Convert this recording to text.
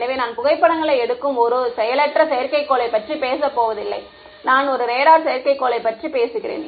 எனவே நான் புகைப்படங்களை எடுக்கும் ஒரு செயலற்ற செயற்கைக்கோளைப் பற்றி பேசப்போவதில்லை நான் ஒரு ரேடார் செயற்கைக்கோளைப் பற்றி பேசுகிறேன்